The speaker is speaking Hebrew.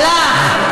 הלך,